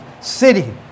city